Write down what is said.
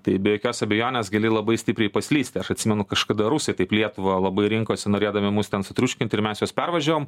tai be jokios abejonės gali labai stipriai paslysti aš atsimenu kažkada rusai taip lietuvą labai rinkosi norėdami mus ten sutriuškint ir mes juos pervažiavom